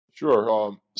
Sure